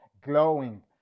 glowing